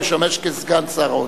המשמש כסגן שר האוצר.